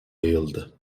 yayıldı